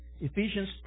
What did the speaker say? Ephesians